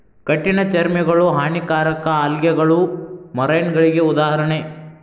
ಕಠಿಣ ಚರ್ಮಿಗಳು, ಹಾನಿಕಾರಕ ಆಲ್ಗೆಗಳು ಮರೈನಗಳಿಗೆ ಉದಾಹರಣೆ